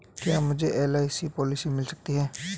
क्या मुझे LIC policy मिल सकती है?